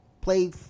play